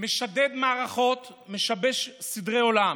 משדד מערכות, משבש סדרי עולם.